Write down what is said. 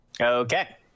Okay